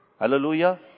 Hallelujah